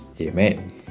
Amen